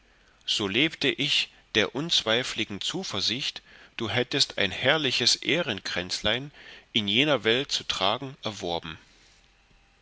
so lebte ich der unzweifligen zuversicht du hättest ein herrliches ehrenkränzlein in jener welt zu tragen erworben